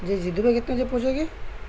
جی جی دونوں کتنے بجے پہنچے گی